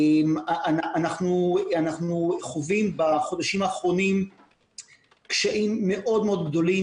אנחנו חווים בחודשים האחרונים קשיים מאוד מאוד גדולים,